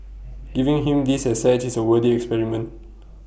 giving him these assets is A worthy experiment